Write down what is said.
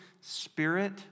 spirit